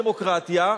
דמוקרטיה",